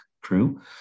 crew